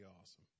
awesome